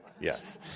Yes